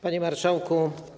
Panie Marszałku!